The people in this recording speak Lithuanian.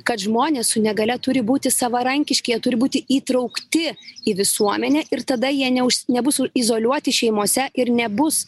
kad žmonės su negalia turi būti savarankiški jie turi būti įtraukti į visuomenę ir tada jie ne nebus u izoliuoti šeimose ir nebus